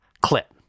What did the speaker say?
clip